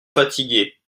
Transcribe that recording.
fatigué